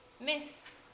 miss